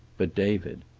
but david.